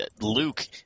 Luke